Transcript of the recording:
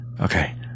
Okay